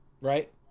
right